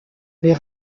les